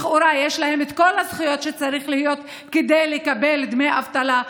לכאורה יש להם את כל הזכויות שצריכות להיות כדי לקבל דמי אבטלה,